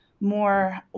more